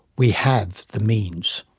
we have the means.